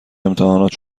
امتحانات